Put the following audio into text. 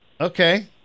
Okay